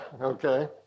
Okay